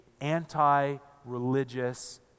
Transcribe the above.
anti-religious